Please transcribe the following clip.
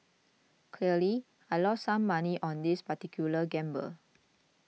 I lost some money on this particular gamble